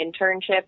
internship